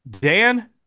Dan